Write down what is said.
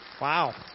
Wow